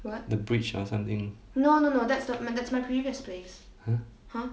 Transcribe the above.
the bridge or something !huh!